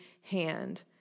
hand